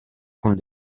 con